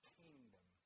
kingdom